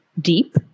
deep